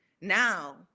now